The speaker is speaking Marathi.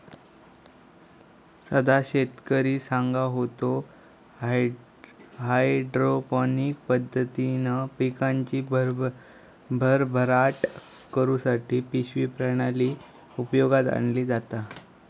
सदा शेतकरी सांगा होतो, हायड्रोपोनिक पद्धतीन पिकांची भरभराट करुसाठी पिशवी प्रणाली उपयोगात आणली जाता